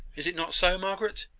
is it not so, margaret?